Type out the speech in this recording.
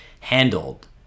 handled